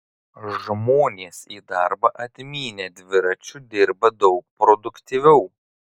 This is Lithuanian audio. žmonės į darbą atmynę dviračiu dirba daug produktyviau